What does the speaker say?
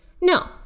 No